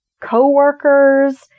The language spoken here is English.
co-workers